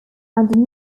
under